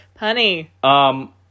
Punny